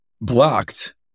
blocked